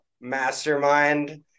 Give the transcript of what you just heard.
mastermind